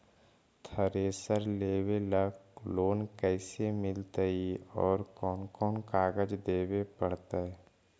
Thresher लेबे ल loan कैसे मिलतइ और कोन कोन कागज देबे पड़तै?